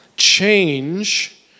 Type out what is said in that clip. Change